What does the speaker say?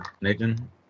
Nathan